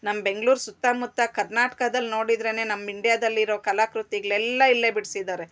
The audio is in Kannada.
ನಮ್ಮ ಬೆಂಗ್ಳೂರು ಸುತ್ತಮುತ್ತ ಕರ್ನಾಟಕದಲ್ ನೋಡಿದ್ರೇ ನಮ್ಮ ಇಂಡಿಯಾದಲ್ಲಿರೋ ಕಲಾಕೃತಿಗ್ಳೆಲ್ಲ ಇಲ್ಲೇ ಬಿಡಿಸಿದ್ದಾರೆ